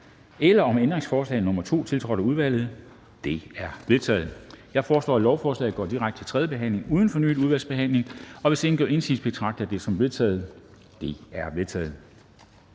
og 2 af transportministeren, tiltrådt af udvalget? De er vedtaget. Jeg foreslår, at lovforslaget går direkte til tredje behandling uden fornyet udvalgsbehandling. Hvis ingen gør indsigelse, betragter jeg det som vedtaget Det er vedtaget.